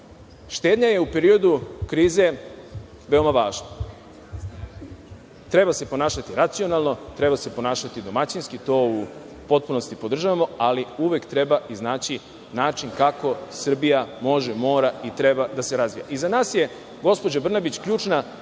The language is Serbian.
štednja je u periodu krize veoma važna. Treba se ponašati racionalno, treba se ponašati domaćinski, to u potpunosti podržavamo, ali uvek treba iznaći način kako Srbija može, mora i treba da se razvija. Za nas je, gospođo Brnabić, ključna